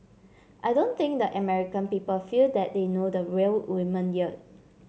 I don't think that American people feel that they know the real woman yet